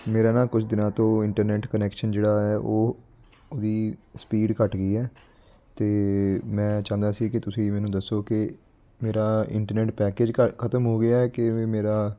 ਮੇਰਾ ਨਾ ਕੁਝ ਦਿਨਾਂ ਤੋਂ ਇੰਟਰਨੈਟ ਕਨੈਕਸ਼ਨ ਜਿਹੜਾ ਹੈ ਉਹ ਉਹਦੀ ਸਪੀਡ ਘੱਟ ਗਈ ਹੈ ਤੇ ਮੈਂ ਚਾਹੁੰਦਾ ਸੀ ਕਿ ਤੁਸੀਂ ਮੈਨੂੰ ਦੱਸੋ ਕਿ ਮੇਰਾ ਇੰਟਰਨੈਟ ਪੈਕੇਜ ਕ ਖਤਮ ਹੋ ਗਿਆ ਕਿ ਵੀ ਮੇਰਾ